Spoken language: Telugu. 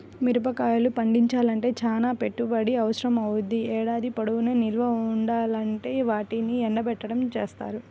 మిరగాయలు పండించాలంటే చానా పెట్టుబడి అవసరమవ్వుద్ది, ఏడాది పొడుగునా నిల్వ ఉండాలంటే వాటిని ఎండబెట్టడం జేత్తారు